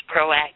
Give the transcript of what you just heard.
proactive